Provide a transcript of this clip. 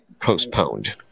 Postponed